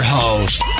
host